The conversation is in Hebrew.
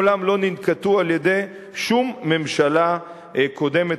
מעולם לא ננקטו על-ידי שום ממשלה קודמת,